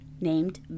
named